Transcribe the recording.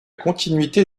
continuité